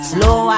Slow